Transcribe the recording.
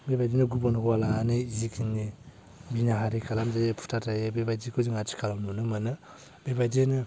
बेबायदिनो गुबुन हौवा लानानै जिखिनि जिनाहारि खालाम जायो बुथारजायो बेबायदिखौ जों आथिखालाव नुनो मोनो बेबायदिनो